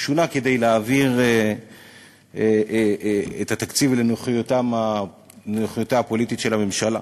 הוא שונה כדי להעביר את התקציב לנוחיותה הפוליטית של הממשלה,